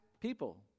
people